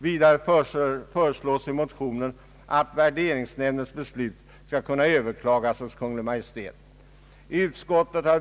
Vidare föreslås i motionen att värderingsnämndens beslut skall kunna överklagas hos Kungl. Maj:t.